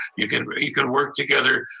you can you can work together.